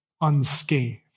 unscathed